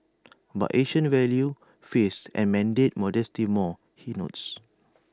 but Asians value face and mandate modesty more he notes